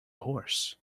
horse